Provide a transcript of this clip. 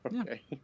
Okay